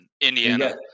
Indiana